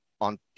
on